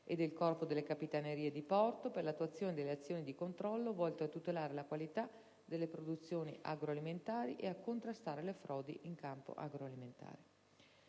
e del Corpo delle capitanerie di porto, per l'attuazione delle azioni di controllo volte a tutelare la qualità delle produzioni agroalimentari e a contrastare le frodi in campo agroalimentare.